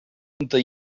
unter